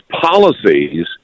policies